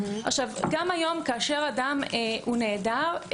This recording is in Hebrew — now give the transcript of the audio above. גם כיום כשאדם נעדר,